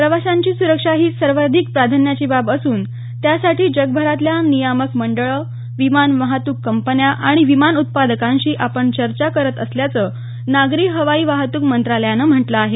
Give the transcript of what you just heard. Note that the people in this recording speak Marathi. प्रवाशांची सुरक्षा ही सर्वाधिक प्राधान्याची बाब असून त्यासाठी जगभरातल्या नियामक मंडळं विमान वाहतूक कंपन्या आणि विमान उत्पादकांशी आपण चर्चा करत असल्याचं नागरी हवाई वाहतूक मंत्रालयानं म्हटलं आहे